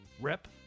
rip